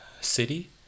City